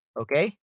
okay